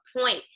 point